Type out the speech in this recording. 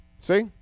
See